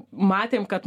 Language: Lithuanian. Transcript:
matėm kad